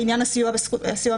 לעניין הסיוע המשפטי?